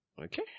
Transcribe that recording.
Okay